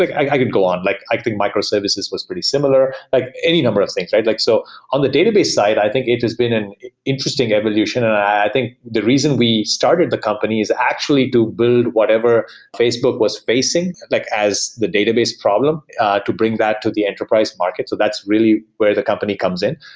like i could go on. like i think microservices was pretty similar, like any number of things. like so on the database side, i think it has been an interesting evolution. i think the reason we started the company is actually to build whatever facebook was facing like as the database problem to bring that to the enterprise market. so that's really where the company comes in,